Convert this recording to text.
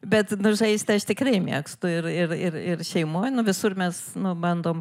bet nu žaisti aš tikrai mėgstu ir ir ir ir šeimoj visur mes nu bandom